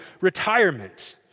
retirement